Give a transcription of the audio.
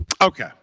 Okay